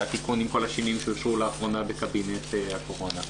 זה התיקון עם כל השינויים שאושרו לאחרונה בקבינט הקורונה.